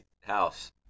house